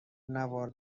نوار